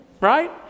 right